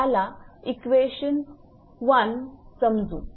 याला इक्वेशन 1 समजू